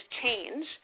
change